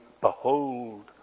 behold